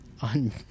on